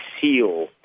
seal